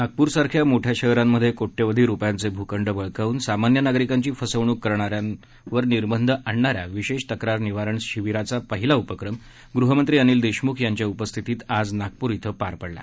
नागपूर सारख्या मोठ्या शहरांमध्ये कोट्यवधी रुपयांचे भूखंड बळकावून सामान्य नागरिकांची फसवणूक करणाऱ्यांवरनिर्बंध आणणाऱ्या विशेष तक्रार निवारण शिबिराचा पहिला उपक्रम गृह मंत्री अनिल देशमुख यांच्या उपस्थितीत आज नागपूर इथं पार पडला